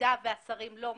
במידה והשרים לא מסכימים,